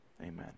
Amen